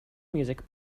music